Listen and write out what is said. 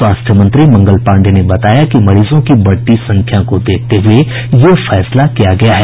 स्वास्थ्य मंत्री मंगल पाण्डेय ने बताया कि मरीजों की बढ़ती संख्या को देखते हुये यह फैसला लिया गया है